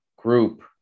group